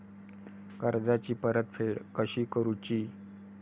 कर्जाची परतफेड कशी करूची?